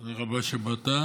תודה רבה שבאת.